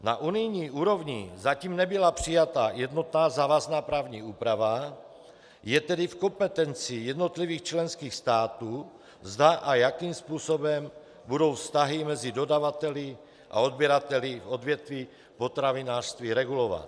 Na unijní úrovni zatím nebyla přijata jednotná závazná právní úprava, je tedy v kompetenci jednotlivých členských států, zda a jakým způsobem budou vztahy mezi dodavateli a odběrateli v odvětví potravinářství regulovat.